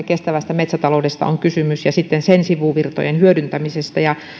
kestävästä metsätaloudesta ja sen sivuvirtojen hyödyntämisestä